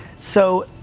so,